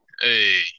Hey